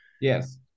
Yes